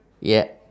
yup